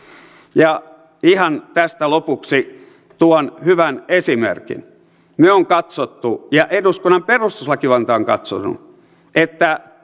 ja ihan tästä lopuksi tuon hyvän esimerkin on katsottu ja eduskunnan perustuslakivaliokunta on katsonut että